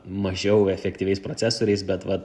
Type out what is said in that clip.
mažiau efektyviais procesoriais bet vat